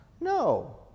No